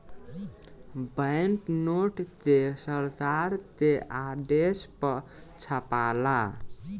bank note के सरकार के आदेश पर छापाला